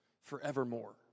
forevermore